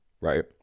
Right